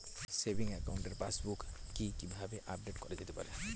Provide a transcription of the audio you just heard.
Savings একাউন্টের passbook কি কিভাবে আপডেট করা যেতে পারে?